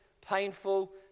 painful